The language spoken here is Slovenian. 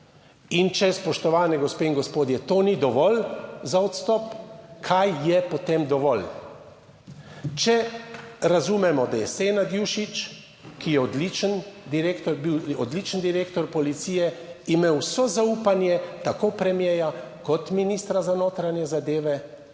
In če, spoštovane gospe in gospodje, to ni dovolj za odstop, kaj je potem dovolj? Če razumemo, da je Senad Jušić, ki je odličen direktor, je bil odličen direktor policije, imel vso zaupanje tako premierja kot ministra za notranje zadeve,